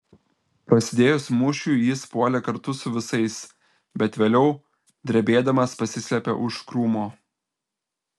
prasidėjus mūšiui jis puolė kartu su visais bet vėliau drebėdamas pasislėpė už krūmo